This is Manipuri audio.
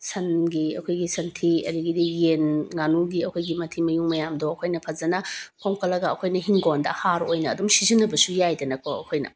ꯁꯟꯒꯤ ꯑꯩꯈꯣꯏꯒꯤ ꯁꯟꯊꯤ ꯑꯗꯒꯤꯗꯤ ꯌꯦꯟ ꯉꯥꯅꯨꯒꯤ ꯑꯩꯈꯣꯏꯒꯤ ꯃꯊꯤ ꯃꯌꯨꯡ ꯃꯌꯥꯝꯗꯣ ꯑꯩꯈꯣꯏꯅ ꯐꯖꯅ ꯈꯣꯝꯀꯠꯂꯒ ꯑꯩꯈꯣꯏꯅ ꯏꯪꯈꯣꯜꯗ ꯍꯥꯔ ꯑꯣꯏꯅ ꯑꯗꯨꯝ ꯁꯤꯖꯤꯟꯅꯕꯁꯨ ꯌꯥꯏꯗꯅꯀꯣ ꯑꯩꯈꯣꯏꯅ